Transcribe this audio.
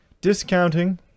discounting